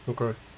Okay